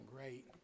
great